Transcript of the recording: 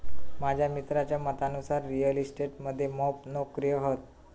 माझ्या मित्राच्या मतानुसार रिअल इस्टेट मध्ये मोप नोकर्यो हत